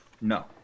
No